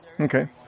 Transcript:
Okay